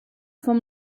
vom